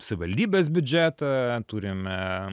savivaldybės biudžetą turime